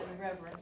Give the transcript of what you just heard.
reverence